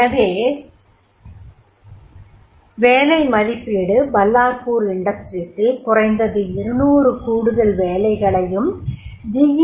எனவே வேலை மதிப்பீடு பல்லார்பூர் இண்டஸ்ட்ரீஸில் குறைந்தது 200 கூடுதல் வேலைகளையும் ஜி